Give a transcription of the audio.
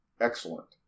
excellent